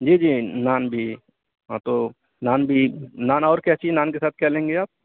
جی جی نان بھی ہاں تو نان بھی نان اورکیا چیز نان کے ساتھ کیا لیں گے آپ